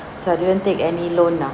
so I didn't take any loan lah